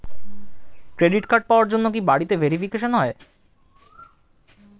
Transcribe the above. Credit card পাওয়ার জন্য কি বাড়িতে ভেরিফিকেশন হয়?